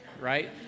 right